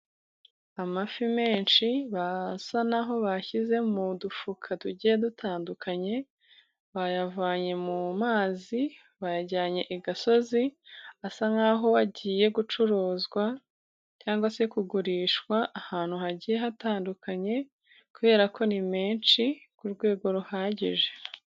Amafi menshi basa naho bashyize mu dufuka tugiye dutandukanye. Bayavanye mu mazi bayajyanye i gasozi, asa nkaho agiye gucuruzwa cyangwa se kugurishwa ahantu hagiye hatandukanye, kubera ko ni menshi ku rwego ruhagije.